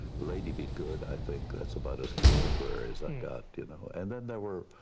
lady be good i think, that's about as contemporary as i got you know. and then there were,